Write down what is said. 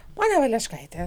ponia valeškaite